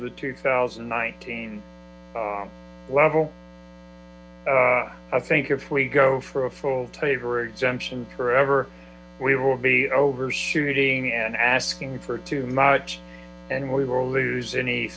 the two thousand nineteen level i think if we go for a full tavor exemption forever we will be over shooting and asking for too much and we will lose any